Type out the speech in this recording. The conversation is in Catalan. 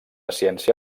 ciència